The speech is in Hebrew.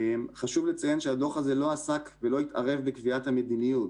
חשוב לציין שהדוח הזה לא עסק ולא התערב בקביעת המדיניות.